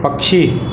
पक्षी